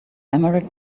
emerald